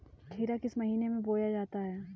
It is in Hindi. खीरा किस महीने में बोया जाता है?